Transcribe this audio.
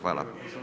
Hvala.